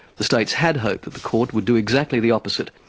the states had hoped that the court would do exactly the opposite,